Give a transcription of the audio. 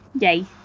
Yay